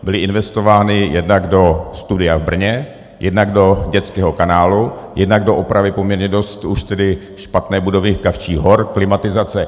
Byly investovány jednak do studia v Brně, jednak do dětského kanálu, jednak do opravy poměrně dost už špatné budovy Kavčích hor, klimatizace.